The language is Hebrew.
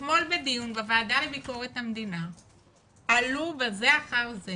אתמול בוועדה לביקורת המדינה עלו בזה אחר זה